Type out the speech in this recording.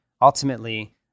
ultimately